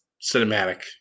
cinematic